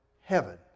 heaven